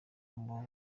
muri